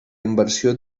inversió